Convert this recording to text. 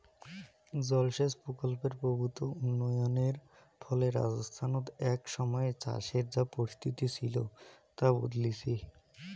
জলসেচ প্রকল্পের প্রভূত উন্নয়নের ফলে রাজস্থানত এক সময়ে চাষের যা পরিস্থিতি ছিল তা বদলিচে